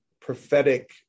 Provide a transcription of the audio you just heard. prophetic